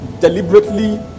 deliberately